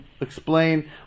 explain